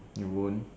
you won't